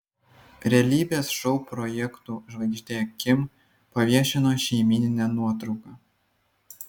realybės šou projektų žvaigždė kim paviešino šeimyninę nuotrauką